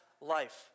life